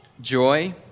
joy